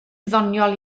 ddoniol